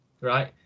right